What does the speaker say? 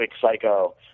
psycho